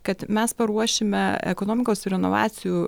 kad mes paruošime ekonomikos ir inovacijų